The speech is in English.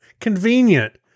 Convenient